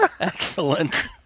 Excellent